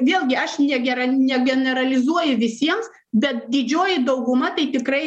vėlgi aš negera negeneralizuoju visiems bet didžioji dauguma tai tikrai